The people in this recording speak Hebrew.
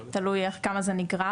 תלוי עד כמה זה נגרר,